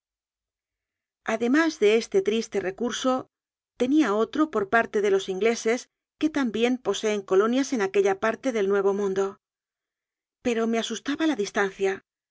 además de este triste recurso tenía otro por parte de los ingleses que también poseen colonias en aquella parte del nuevo mundo pero me asustaba la distancia